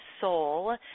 soul